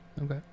Okay